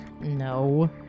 No